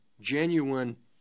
genuine